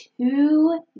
two